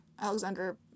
Alexander